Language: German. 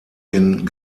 den